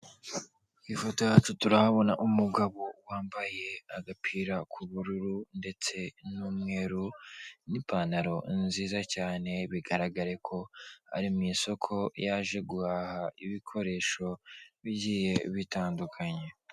Ifoto yacu turahabona umugabo wambaye agapira k'ubururu ndetse n'umweru n'ipantaro nziza cyane, bigaragare ko ari mu isoko yaje guhaha ibikoresho bigiye bitandukanye.